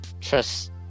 trust